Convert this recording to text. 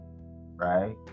right